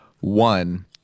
One